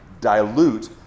dilute